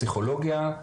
פסיכולוגיה,